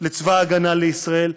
לצבא ההגנה לישראל,